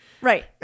Right